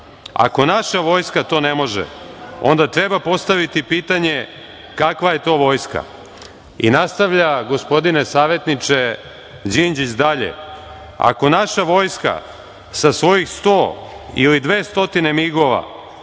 Ako naša vojska to ne može, onda treba postaviti pitanje kakva je to vojska.“Nastavlja, gospodine savetniče, Đinđić dalje: „Ako naša vojska sa svojih 100 ili 200 migova